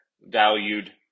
valued